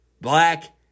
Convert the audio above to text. black